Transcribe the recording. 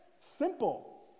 Simple